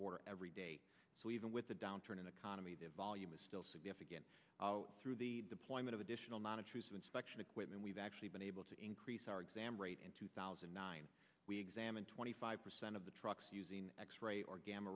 border every day so even with the downturn in the comedy the volume is still significant through the deployment of additional monitor inspection equipment we've actually been able to increase our exam rate in two thousand and nine we examined twenty five percent of the trucks using x ray or gam